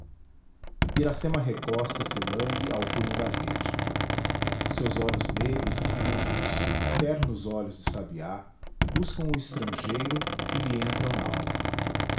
iracema recosta se langue ao punho da rede seus olhos negros e fúlgidos ternos olhos de sabiá buscam o estrangeiro e lhe entram nalma